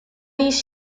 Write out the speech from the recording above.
these